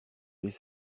les